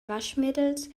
waschmittels